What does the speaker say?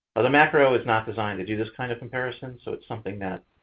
the macro is not designed to do this kind of comparison. so, it's something that